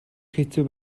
хэцүү